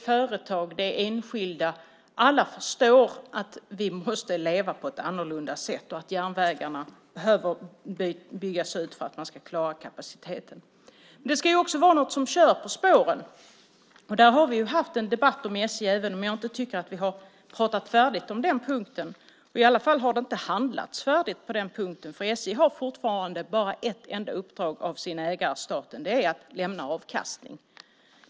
Företag och enskilda - ja, alla - förstår att vi måste leva på ett annat sätt och att järnvägen behöver byggas ut för att vi ska klara kapaciteten. Det ska också vara någon som kör på spåren. Där har vi haft en debatt om SJ, även om jag inte tycker att vi har pratat färdigt om den punkten, i alla fall har det inte handlats färdigt på den punkten. SJ har fortfarande bara ett enda uppdrag av sin ägare, staten, och det är att lämna avkastning.